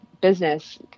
business